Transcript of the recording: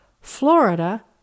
Florida